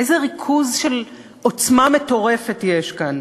איזה ריכוז של עוצמה מטורפת יש כאן,